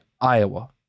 Iowa